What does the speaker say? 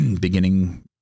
beginning